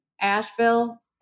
Asheville